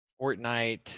fortnite